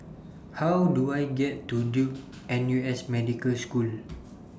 How Do I get to Duke N U S Medical School